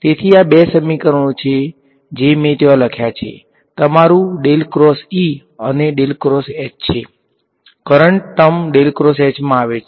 તેથી આ બે સમીકરણો છે જે મેં ત્યાં લખ્યા છે તમારું અને છે કરંટ ટર્મ માં આવે છે